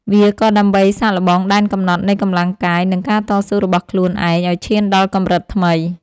វាក៏ដើម្បីសាកល្បងដែនកំណត់នៃកម្លាំងកាយ និងការតស៊ូរបស់ខ្លួនឯងឱ្យឈានដល់កម្រិតថ្មី។